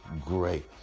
great